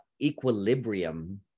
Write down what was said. equilibrium